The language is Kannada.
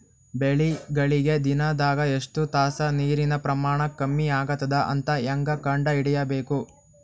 ಬೆಳಿಗಳಿಗೆ ದಿನದಾಗ ಎಷ್ಟು ತಾಸ ನೀರಿನ ಪ್ರಮಾಣ ಕಮ್ಮಿ ಆಗತದ ಅಂತ ಹೇಂಗ ಕಂಡ ಹಿಡಿಯಬೇಕು?